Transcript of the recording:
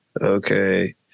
okay